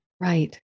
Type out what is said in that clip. Right